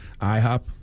IHOP